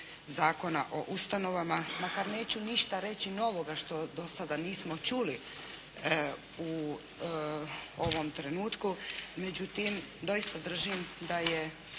o ustanovama makar neću ništa reći novoga što do sada nismo čuli u ovom trenutku. Međutim, doista držim da je